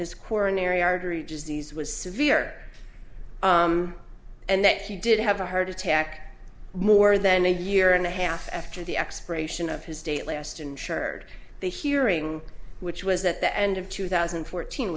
his coronary artery disease was severe and that he did have a heart attack more than a year and a half after the expiration of his stateliest ensured the hearing which was at the end of two thousand and fourteen